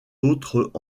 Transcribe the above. autres